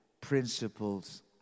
principles